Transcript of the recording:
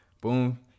Boom